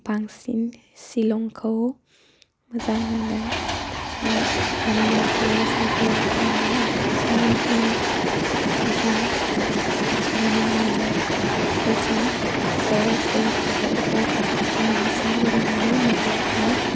बांसिन शिलंखौ मोजां मोन्दों मानोना बेयाव जायगाया थान्दा आरो गोबां रोखोमनि जायगा नुनो मोनो लोगोफोरजों ज' ज' आरो फेमिलिजों बेरायनानै मोजां नाङो